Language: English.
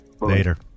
Later